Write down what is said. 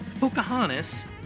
Pocahontas